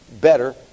better